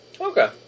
Okay